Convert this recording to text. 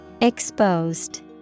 Exposed